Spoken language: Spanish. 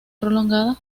prolongada